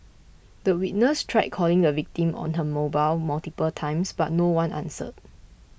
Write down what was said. the witness tried calling the victim on her mobile multiple times but no one answered